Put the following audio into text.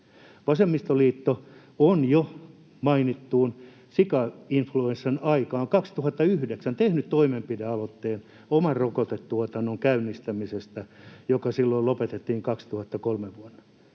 Vasemmistoliitto on jo mainitun sikainfluenssan aikaan 2009 tehnyt toimenpidealoitteen oman rokotetuotannon käynnistämisestä, joka silloin lopetettiin vuonna